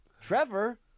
Trevor